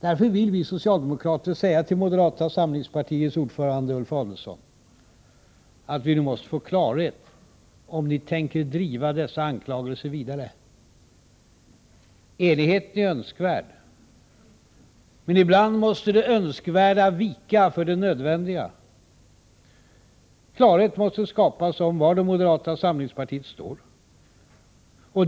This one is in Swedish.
Därför vill vi socialdemokrater säga till moderata samlingspartiets ordförande Ulf Adelsohn att vi nu måste få klarhet i om ni tänker driva dessa anklagelser vidare. Enighet är önskvärd. Men ibland måste det önskvärda vika för det nödvändiga. Klarhet måste skapas om var det moderata samlingspartiet står.